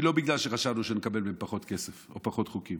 היא לא בגלל שחשבנו שנקבל מהם פחות כסף או פחות חוקים.